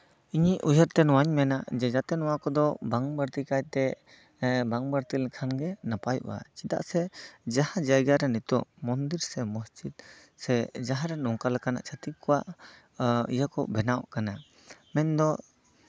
ᱤᱧ ᱩᱭᱦᱟᱹᱨ ᱛᱮ ᱱᱚᱣᱟᱧ ᱢᱮᱱᱟ ᱡᱟᱛᱮ ᱱᱚᱣᱟ ᱠᱚᱫᱚ ᱵᱟᱝ ᱵᱟᱹᱲᱛᱤ ᱠᱟᱭᱛᱮ ᱵᱟᱝ ᱵᱟᱹᱲᱛᱤ ᱞᱮᱠᱷᱟᱱᱜᱮ ᱱᱟᱯᱟᱭᱚᱜᱼᱟ ᱪᱮᱫᱟᱜ ᱥᱮ ᱡᱟᱦᱟᱸ ᱡᱟᱭᱜᱟᱨᱮ ᱱᱤᱛᱚᱜ ᱢᱚᱱᱫᱤᱨ ᱥᱮ ᱢᱚᱥᱡᱤᱫ ᱥᱮ ᱡᱟᱦᱟᱸ ᱨᱮ ᱱᱚᱝᱠᱟ ᱞᱮᱟᱱᱟᱜ ᱪᱷᱟᱛᱤᱠ ᱠᱚᱣᱟᱜ ᱤᱭᱟᱹ ᱠᱚ ᱵᱮᱱᱟᱣ ᱠᱟᱱᱟ ᱢᱮᱱᱫᱚ